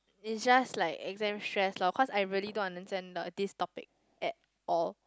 is just like exam stress loh cause I really don't understand the this topic at all